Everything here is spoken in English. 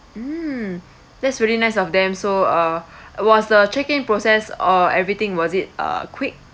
mm that's really nice of them so uh was the check-in process or everything was it uh quick